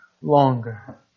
longer